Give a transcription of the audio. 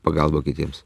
pagalbą kitiems